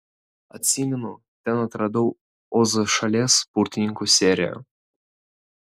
atsimenu ten atradau ozo šalies burtininko seriją